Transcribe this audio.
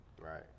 right